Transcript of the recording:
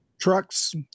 trucks